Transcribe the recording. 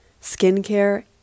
skincare